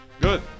good